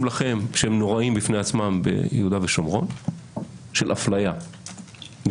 לכם שהם נוראים בפני עצמם של אפליה מסודרת,